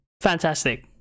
Fantastic